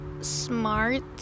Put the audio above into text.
smart